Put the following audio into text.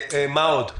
מה עוד?